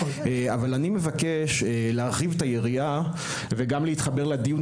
אני מבקש להרחיב את היריעה וגם להתחבר לדיון